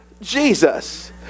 Jesus